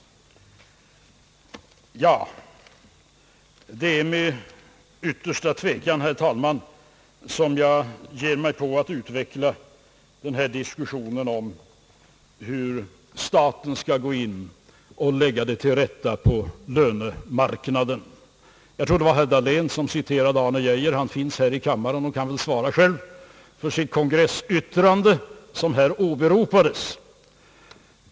Det är med ytterst stor tvekan, herr talman, som jag ger mig på att utveckla den här diskussionen om hur staten skall gå in och lägga till rätta på lönemarknaden. Jag tror att herr Dahlén citerade herr Arne Geijer. Han finns här i kammaren och kan väl svara själv för sitt kongressyttrande, som här åberopades.